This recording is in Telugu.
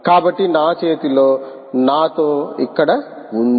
కాబట్టి నా చేతిలో నాతో ఇక్కడ ఉంది